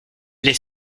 les